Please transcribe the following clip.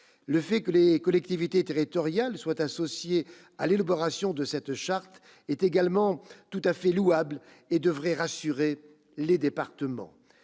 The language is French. Le fait que les collectivités territoriales soient associées à l'élaboration de cette charte est également tout à fait louable, et devrait rassurer les départements.